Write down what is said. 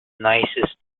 nicest